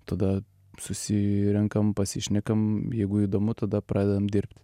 tada susirenkam pasišnekam jeigu įdomu tada pradedam dirbt